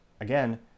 again